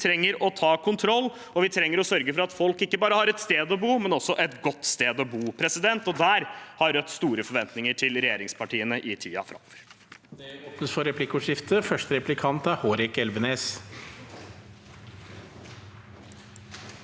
Vi trenger å ta kontroll, og vi trenger å sørge for at folk ikke bare har et sted å bo, men også et godt sted å bo. Der har Rødt store forventninger til regjeringspartiene i tiden framover.